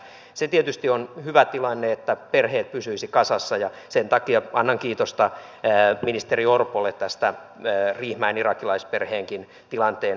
se tietysti on hyvä tilanne että perheet pysyisivät kasassa ja sen takia annan kiitosta ministeri orpolle tästä riihimäen irakilaisperheenkin tilanteen kartoittamisesta